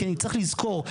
כי צריך לזכור,